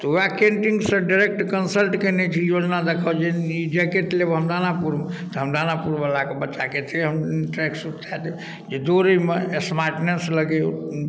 तऽ वएह कैण्टीनसँ डाइरेक्ट कन्सल्ट केने छी योजना लऽ कऽ जे जैकेट लेबै हम दानापुर तऽ हम दानापुरवलाके बच्चाके से हम ट्रैक सूट दऽ देब जे दौड़ैमे स्मार्टनेस लगै